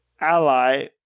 ally